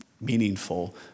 meaningful